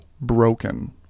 broken